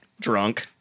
drunk